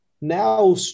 now